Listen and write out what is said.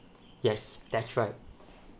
yes that's right